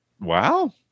Wow